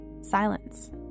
silence